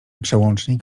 przełącznik